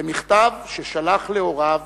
במכתב ששלח להוריו